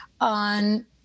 on